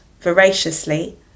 voraciously